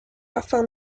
afin